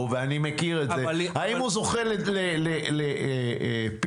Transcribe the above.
אני יכולה להגיד לכם שיש אצלנו הרבה פניות,